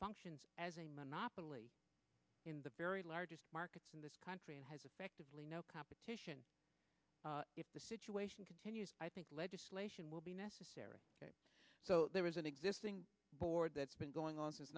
functions as a monopoly in the very largest markets in this country and has effectively no competition if the situation continues i think legislation will be necessary so there is an existing board that's been going on since